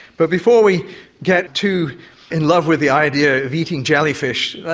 but before we get too in love with the idea of eating jellyfish,